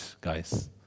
guys